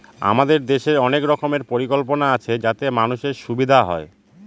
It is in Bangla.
আমাদের দেশের অনেক রকমের পরিকল্পনা আছে যাতে মানুষের সুবিধা হয়